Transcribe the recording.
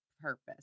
purpose